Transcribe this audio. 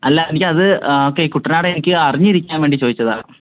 അല്ല എനിക്കത് ഒക്കെ കുട്ടനാട് എനിക്ക് അറിഞ്ഞിരിക്കാൻ വേണ്ടി ചോദിച്ചതാ